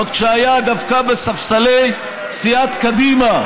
עוד כשהיה דווקא בספסלי סיעת קדימה,